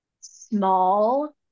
small